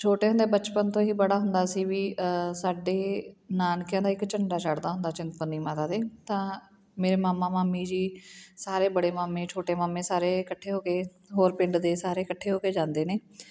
ਛੋਟੇ ਹੁੰਦੇ ਬਚਪਨ ਤੋਂ ਹੀ ਬੜਾ ਹੁੰਦਾ ਸੀ ਵੀ ਸਾਡੇ ਨਾਨਕਿਆਂ ਦਾ ਇੱਕ ਝੰਡਾ ਚੜ੍ਹਦਾ ਹੁੰਦਾ ਚਿੰਤਪੁਰਨੀ ਮਾਤਾ ਦੇ ਤਾਂ ਮੇਰੇ ਮਾਮਾ ਮਾਮੀ ਜੀ ਸਾਰੇ ਬੜੇ ਮਾਮੇ ਛੋਟੇ ਮਾਮੇ ਸਾਰੇ ਇਕੱਠੇ ਹੋ ਕੇ ਹੋਰ ਪਿੰਡ ਦੇ ਸਾਰੇ ਇਕੱਠੇ ਹੋ ਕੇ ਜਾਂਦੇ ਨੇ